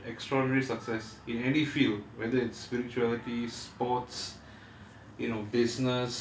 it's a fact that people who have achieved extraordinary success in any field whether it's spirituality sports